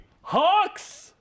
Hawks